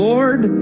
Lord